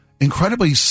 incredibly